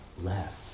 left